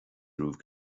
romhaibh